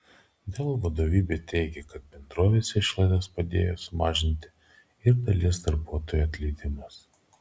dell vadovybė teigia kad bendrovės išlaidas padėjo sumažinti ir dalies darbuotojų atleidimas